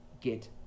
get